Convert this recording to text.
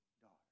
daughter